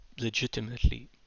legitimately